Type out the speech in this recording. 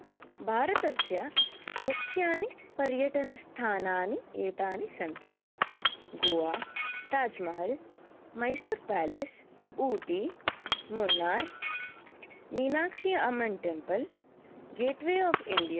भारतस्य मुख्यानि पर्यटनस्थानानि एतानि सन्ति Goa Taj Mahal Mysore palace Ooty Munnar Meenakshi Amman temple gateway of India